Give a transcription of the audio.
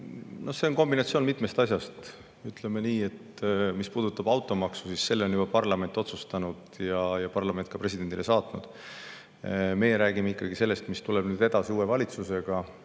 See on kombinatsioon mitmest asjast, ütleme nii. Mis puudutab automaksu, siis selle on parlament juba otsustanud ja parlament on [selle seaduse] ka presidendile saatnud. Meie räägime ikkagi sellest, mis tuleb edasi uue valitsusega,